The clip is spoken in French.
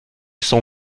son